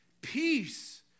peace